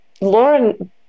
lauren